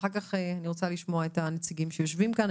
ואחר כך אני רוצה לשמוע את הנציגים שיושבים כאן,